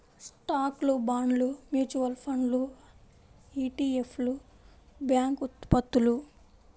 స్టాక్లు, బాండ్లు, మ్యూచువల్ ఫండ్లు ఇ.టి.ఎఫ్లు, బ్యాంక్ ఉత్పత్తులు